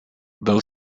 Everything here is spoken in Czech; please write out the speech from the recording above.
byl